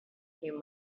few